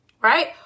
right